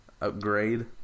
Upgrade